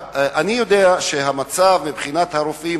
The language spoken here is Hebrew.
אני יודע שיש מצוקה של רופאים,